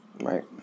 Right